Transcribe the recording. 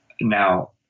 Now